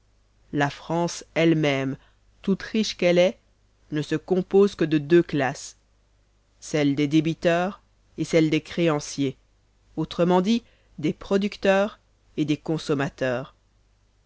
la france elle-même toute riche qu'elle est ne se compose que de deux classes celle des débiteurs et celle des créanciers autrement dit des producteurs et des consommateurs